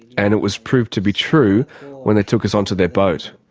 and it was proved to be true when they took us onto their boat.